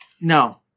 No